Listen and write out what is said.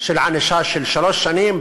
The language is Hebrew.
של ענישה של שלוש שנים,